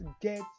get